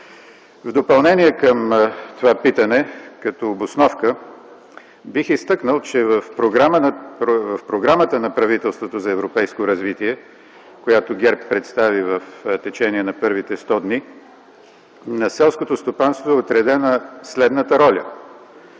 В допълнение към това питане, като обосновка, бих изтъкнал, че в Програмата на правителството за европейско развитие, която ГЕРБ представи в течение на първите 100 дни, на селското стопанство е отредена следната роля.